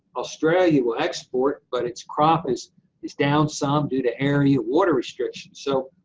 australia will export, but its crop is is down some due to area water restrictions. so,